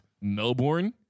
Melbourne